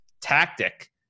tactic